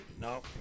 No